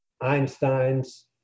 Einstein's